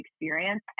experience